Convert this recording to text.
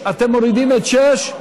אתם מורידים את 6,